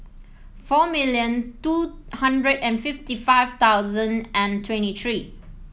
four million two hundred and fifty five thousand twenty three